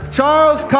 Charles